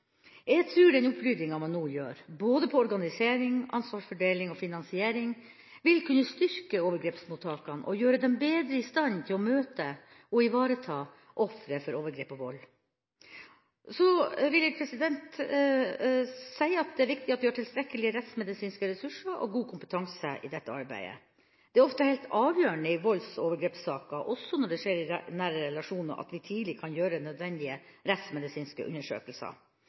Jeg tror den oppryddinga man nå gjør innenfor både organisering, ansvarsfordeling og finansiering, vil kunne styrke overgrepsmottakene og gjøre dem bedre i stand til å møte og ivareta ofre for overgrep og vold. Så vil jeg si at det er viktig at vi har tilstrekkelige rettsmedisinske ressurser og god kompetanse i dette arbeidet. Det er ofte helt avgjørende i volds- og overgrepssaker, også når det skjer i nære relasjoner, at vi tidlig kan gjøre nødvendige rettsmedisinske undersøkelser.